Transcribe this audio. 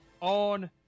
on